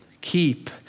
keep